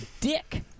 dick